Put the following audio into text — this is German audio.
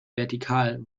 vertikal